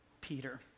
Peter